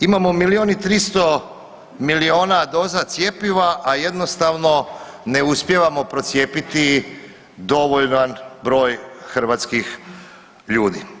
Imamo milijun i 300 milijuna doza cjepiva a jednostavno ne uspijevamo procijepiti dovoljan broj hrvatskih ljudi.